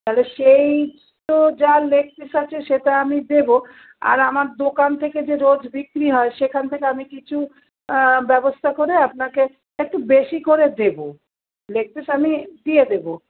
তাহলে সেই তো যা লেগ পিস আছে সে তো আমি দেব আর আমার দোকান থেকে যে রোজ বিক্রি হয় সেখান থেকে আমি কিছু ব্যবস্থা করে আপনাকে একটু বেশি করে দেব লেগ পিস আমি দিয়ে দেব